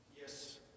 Yes